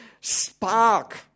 spark